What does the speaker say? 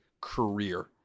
career